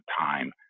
time